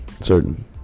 certain